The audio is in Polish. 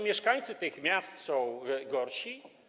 Mieszkańcy tych miast są gorsi?